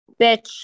bitch